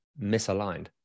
misaligned